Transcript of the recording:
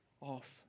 off